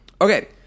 Okay